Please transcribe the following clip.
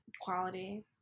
quality